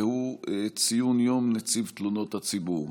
והוא: ציון יום נציב תלונות הציבור,